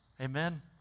Amen